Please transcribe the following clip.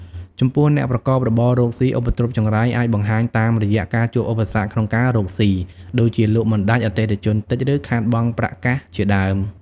ចំពោះអ្នកប្រកបរបររកស៊ី ឧបទ្រពចង្រៃអាចបង្ហាញតាមរយៈការជួបឧបសគ្គក្នុងការរកស៊ី ដូចជាលក់មិនដាច់ អតិថិជនតិច ឬខាតបង់ប្រាក់កាសជាដើម។